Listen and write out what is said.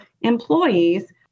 employees